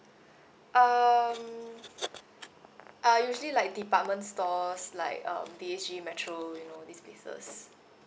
um I usually like department stores like um D_H_G Metro you know these places